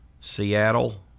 Seattle